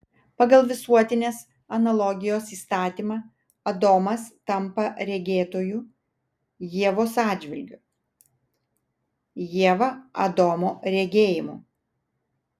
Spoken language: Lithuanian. pagal visuotinės analogijos įstatymą adomas tampa regėtoju ievos atžvilgiu ieva adomo regėjimu